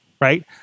right